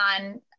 on